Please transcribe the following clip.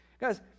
Guys